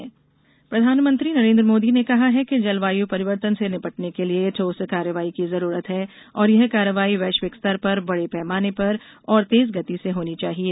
प्रधानमंत्री जलवायु प्रधानमंत्री नरेन्द्र मोदी ने कहा है कि जलवाय परिवर्तन से निपटने के लिए ठोस कार्रवाई की जरूरत है और यह कार्रवाई वैश्विक स्तर पर बडे पैमाने पर और तेज गति से होनी चाहिए